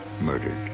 murdered